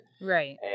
Right